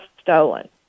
stolen